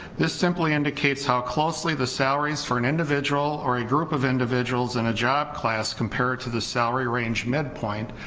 this simply indicates how closely the salaries for an individual or a group of individuals in a job class compared to the salary range midpoint,